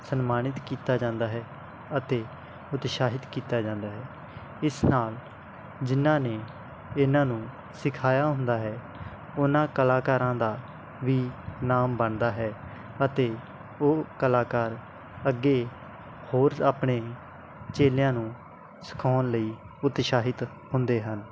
ਸਨਮਾਨਿਤ ਕੀਤਾ ਜਾਂਦਾ ਹੈ ਅਤੇ ਉਤਸ਼ਾਹਿਤ ਕੀਤਾ ਜਾਂਦਾ ਹੈ ਇਸ ਨਾਲ ਜਿਨ੍ਹਾਂ ਨੇ ਇਹਨਾਂ ਨੂੰ ਸਿਖਾਇਆ ਹੁੰਦਾ ਹੈ ਉਹਨਾਂ ਕਲਾਕਾਰਾਂ ਦਾ ਵੀ ਨਾਮ ਬਣਦਾ ਹੈ ਅਤੇ ਉਹ ਕਲਾਕਾਰ ਅੱਗੇ ਹੋਰ ਆਪਣੇ ਚੇਲਿਆਂ ਨੂੰ ਸਿਖਾਉਣ ਲਈ ਉਤਸ਼ਾਹਿਤ ਹੁੰਦੇ ਹਨ